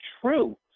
true